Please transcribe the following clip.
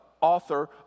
author